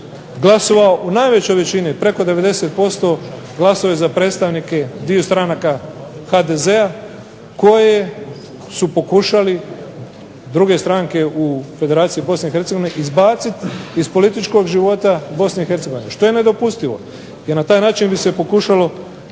glasovao u najvećoj većini preko 90% glasovi za predstavnike dviju stranaka HDZ-a koje su pokušali druge stranke u Federaciji Bosne i Hercegovine izbaciti iz političkog života BiH. Što je nedopustivo jer na taj način bi se pokušao